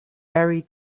barry